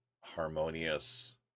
harmonious